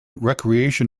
recreation